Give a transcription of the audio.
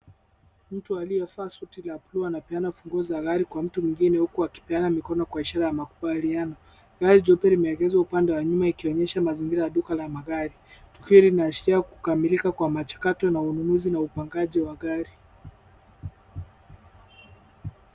Mtu aliyevaa suti la bluu anapeana funguo za gari kwa mtu mwingine huku akipeana mikono kwa ishara ya makubaliano. Gari jeupe limeegezwa upande wa nyuma ikionyesha mazingira ya duka la magari. Tukio hili linaashiria kukamilika kwa mchakato na ununuzi na upangaji wa gari.